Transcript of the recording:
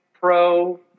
pro